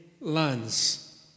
lands